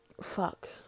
fuck